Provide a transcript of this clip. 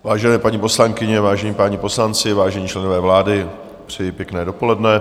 Vážené paní poslankyně, vážení páni poslanci, vážení členové vlády, přeji pěkné dopoledne.